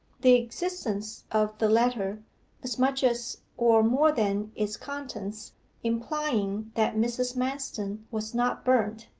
the existence of the letter as much as, or more than its contents implying that mrs. manston was not burnt,